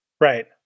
Right